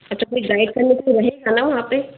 अच्छा कोई गाइड करने को तो रहेगा ना वहाँ पे